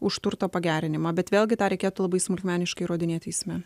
už turto pagerinimą bet vėlgi tą reikėtų labai smulkmeniškai įrodinėti teisme